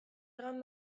hegan